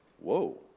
whoa